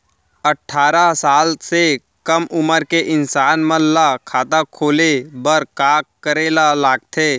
अट्ठारह साल से कम उमर के इंसान मन ला खाता खोले बर का करे ला लगथे?